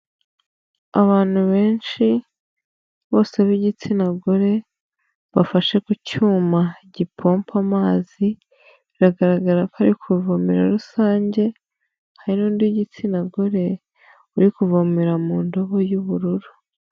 Abantu benshi bose bigitsina gore bafashe ku cyuma gipompa amazi, biragaragara ko ari ku ivomero rusange hari n'undi w'igitsina gore uri kuvomera mu ndobo y'ubururu.